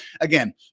again